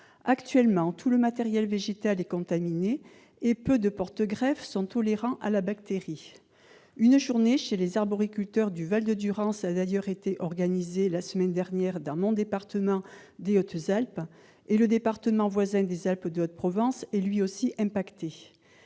Actuellement, tout le matériel végétal est contaminé et peu de porte-greffes sont tolérants à la bactérie. Une journée chez les arboriculteurs du val de Durance a d'ailleurs été organisée la semaine dernière dans mon département des Hautes-Alpes ; le département voisin des Alpes-de-Haute-Provence est lui aussi affecté.